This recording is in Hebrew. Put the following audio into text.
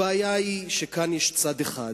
הבעיה היא שכאן יש צד אחד